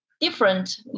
different